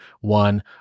one